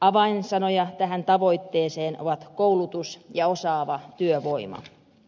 avainsanoja tähän tavoitteeseen ovat koulutus ja osaava työvoima